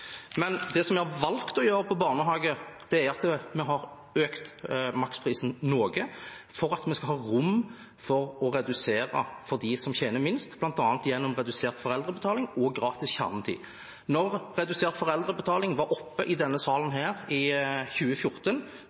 Men det som vi har valgt å gjøre når det gjelder barnehage, er at vi har økt maksprisen noe, for at vi skal ha rom for å redusere for dem som tjener minst, bl.a. gjennom redusert foreldrebetaling og gratis kjernetid. Da redusert foreldrebetaling var oppe i denne salen i 2014,